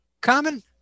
common